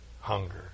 hunger